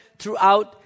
throughout